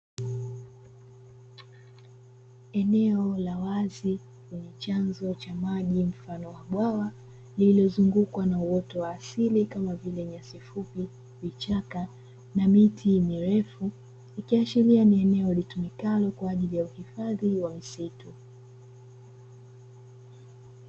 Eneo la wazi lenye chanzo cha maji mfano wa bwawa lilizungukwa na uoto wa asili kama vile nyasi fupi, vichaka na miti mirefu ikiashiria ni eneo litumikalo kwa ajili ya uhifadhi wa misitu.